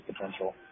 potential